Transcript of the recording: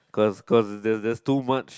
cause cause there's there's too much